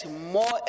more